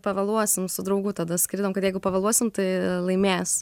pavėluosim su draugu tada skridom kad jeigu pavėluosim tai laimės